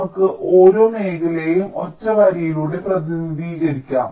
നമുക്ക് ഓരോ മേഖലയെയും ഒറ്റ വരിയിലൂടെ പ്രതിനിധീകരിക്കാം